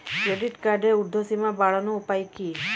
Credit কার্ডের উর্ধ্বসীমা বাড়ানোর উপায় কি?